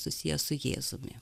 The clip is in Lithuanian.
susiję su jėzumi